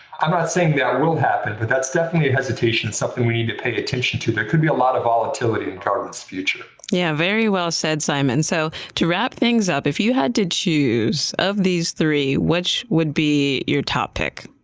i'm not saying that will happen, but that's definitely a hesitation. it's something we need to pay attention to. there could be a lot of volatility and guardant's future. jones yeah very well said, simon. so to wrap things up, if you had to choose, of these three, which would be your top pick?